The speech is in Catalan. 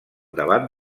debat